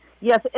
yes